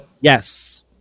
Yes